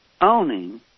owning